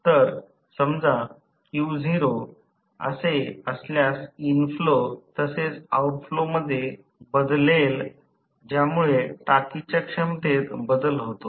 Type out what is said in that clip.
तर समजा असे असल्यास इनफ्लो तसेच आऊटफ्लो मध्ये बदलेल ज्यामुळे टाकीच्या क्षमतेत बदल होतो